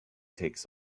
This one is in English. takes